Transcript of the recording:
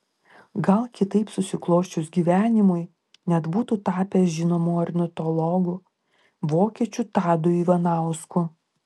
gal kitaip susiklosčius gyvenimui net būtų tapęs žinomu ornitologu vokiečių tadu ivanausku